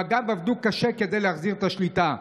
ומג"ב עבדו קשה כדי להחזיר את השליטה.